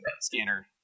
scanner